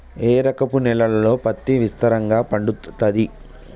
ఏ రకపు నేలల్లో పత్తి విస్తారంగా పండుతది?